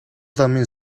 ламын